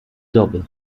doby